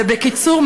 ובקיצור,